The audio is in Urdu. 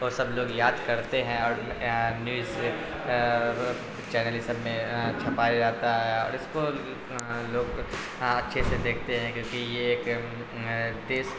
اور سب لوگ یاد کرتے ہیں اور نیوز چینل یہ سب میں چھپایا جاتا ہے اور اس کو لوگ اچھے سے دیکھتے ہیں کیونکہ یہ ایک دیس